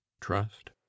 Trust